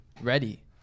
Ready